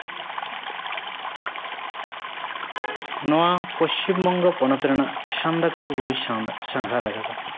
ᱱᱚᱣᱟ ᱯᱚᱪᱷᱤᱢ ᱵᱚᱝᱜᱚ ᱯᱚᱱᱚᱛ ᱨᱮᱱᱟᱜ ᱥᱟᱱᱫᱟᱠᱚᱯᱷᱩ ᱵᱩᱨᱩᱧ ᱥᱟᱸᱜᱷᱟᱨ ᱟᱠᱟᱫᱟ